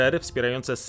wspierające